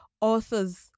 authors